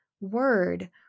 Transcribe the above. word